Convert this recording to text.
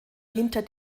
hinter